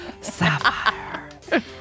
Sapphire